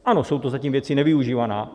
Ano, jsou to zatím věci nevyužívané.